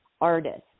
artists